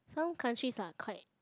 some countries are quite